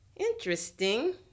Interesting